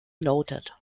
noted